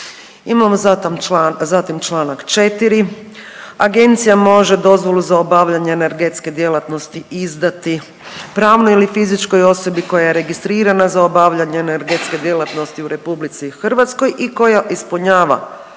Imamo zatim čl. 4. agencija može dozvolu za obavljanje energetske djelatnosti izdati pravnoj ili fizičkoj osobi koja je registrirana za obavljanje energetske djelatnosti u RH i koja ispunjava